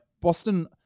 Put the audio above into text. Boston